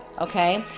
okay